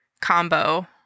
combo